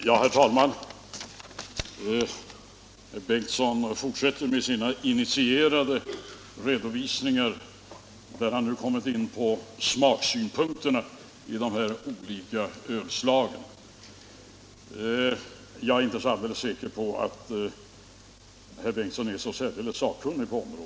Herr talman! Herr Bengtson fortsätter med sina initierade redovisningar, och han har nu. kommit in på smaksynpunkterna när det gäller de olika ölsorterna. Jag är inte övertygad om att herr Bengtson är så särdeles sakkunnig på området.